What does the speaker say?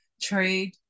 trade